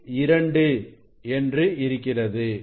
2 என்று இருக்கிறது